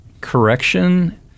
correction